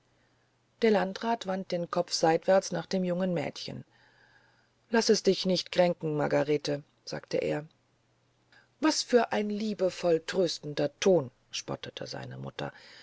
der landrat wandte den kopf seitwärts nach dem jungen mädchen lasse es dich nicht kränken margarete sagte er was für ein liebevoll tröstender ton spottete seine mutter